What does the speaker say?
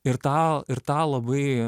ir tą ir tą labai